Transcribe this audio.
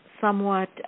somewhat